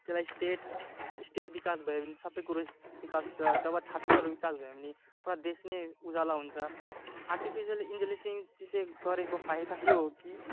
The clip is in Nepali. त्यसलाई स्टेट स्टेट विकास भयो भने सबै कुरो विकास हुन्छ जब छात्रहरू विकास भयो भने पुरा देश नै उज्यालो हुन्छ आर्टिफिसियल इन्टिलिजेन्स गरेको फाइदा यो हो कि